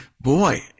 boy